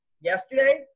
yesterday